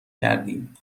کردی